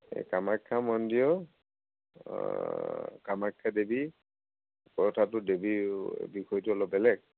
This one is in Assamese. সেই কামাখ্যা মন্দিৰো কামাখ্যা দেৱী কথাটো দেৱীৰ বিষয়টো অলপ বেলেগ